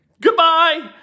goodbye